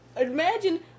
imagine